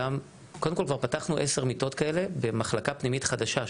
קודם כל כבר פתחנו עשר מיטות כאלה במחלקה פנימית חדשה,